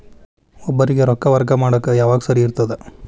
ಒಬ್ಬರಿಗ ರೊಕ್ಕ ವರ್ಗಾ ಮಾಡಾಕ್ ಯಾವಾಗ ಸರಿ ಇರ್ತದ್?